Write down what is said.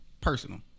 personal